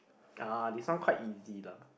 uh this one quite easy lah